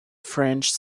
french